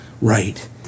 right